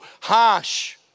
harsh